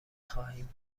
خواهیم